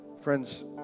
Friends